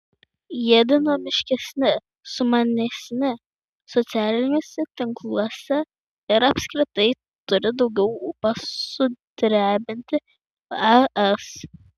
jie dinamiškesni sumanesni socialiniuose tinkluose ir apskritai turi daugiau ūpo sudrebinti es